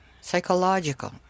psychological